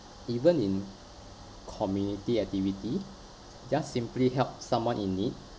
even in community activity just simply help someone in need